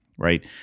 Right